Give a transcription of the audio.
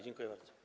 Dziękuję bardzo.